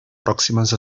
pròximes